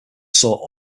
sorted